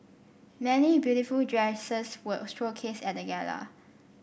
many beautiful dresses were showcased at the gala